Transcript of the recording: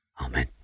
Amen